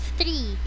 three